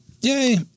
Yay